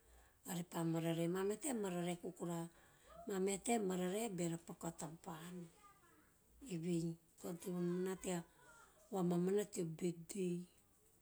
Pa mararae, mameha taem mararae kokora, mameha taem mararae beara paku a taban. Evei to ante vonom na tea vamamana teo birthday.